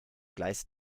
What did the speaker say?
gleis